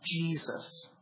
Jesus